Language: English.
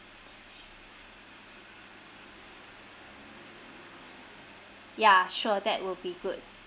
ya sure that will be good